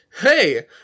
hey